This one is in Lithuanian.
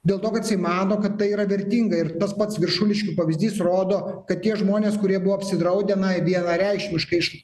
dėl to kad jisai mano kad tai yra vertinga ir tas pats viršuliškių pavyzdys rodo kad tie žmonės kurie buvo apsidraudę na jie vienareikšmiškai